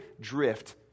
drift